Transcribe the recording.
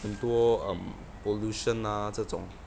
很多 um pollution ah 这种